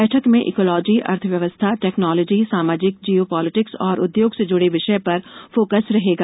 बैठक में ईकोलॉजी अर्थ व्यवस्था टेक्नोलॉजी सामाजिक जियो पॉलिटिक्स और उद्योगों से जुड़े विषय पर फोकस रहेगा